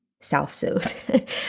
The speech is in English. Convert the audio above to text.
self-soothe